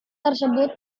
tersebut